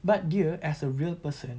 but dia as a real person